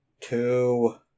Two